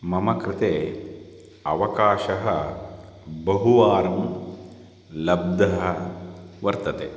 मम कृते अवकाशः बहुवारं लब्धः वर्तते